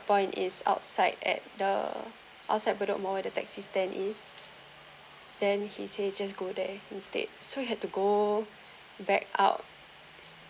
point is outside at the outside bedok mall at the taxi stand is then he say he just go there instead so he had to go back out